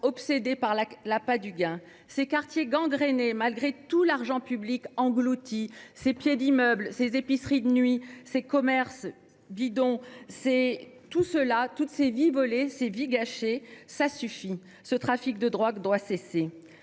sont par l’appât du gain ; ces quartiers gangrenés malgré tout l’argent public englouti, ces pieds d’immeubles, ces épiceries de nuit, ces commerces bidon. Toutes ces vies volées, toutes ces vies gâchées, ça suffit ! Ce trafic de drogue doit cesser.